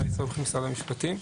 אני ממשרד המשפטים,